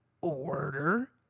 order